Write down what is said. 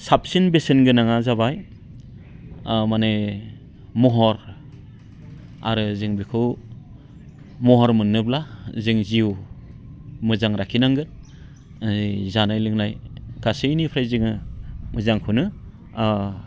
साबसिन बेसेन गोनाङा जाबाय माने महर आरो जों बेखौ महर मोनोब्ला जों जिउ मोजां लाखिनांगोन ओइ जानाय लोंनाय गासैनिफ्राय जोङो मोजांखौनो